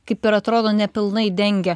kaip ir atrodo nepilnai dengia